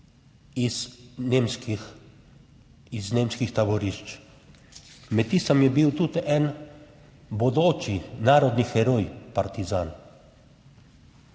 iz nemških taborišč. Med tistimi je bil tudi en bodoči narodni heroj, partizan.